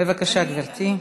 בבקשה, גברתי.